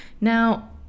Now